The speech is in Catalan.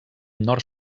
nord